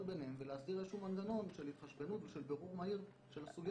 ביניהם ולהסדיר מנגנון של התחשבנות ושל בירור מהיר של הסוגיות האלו.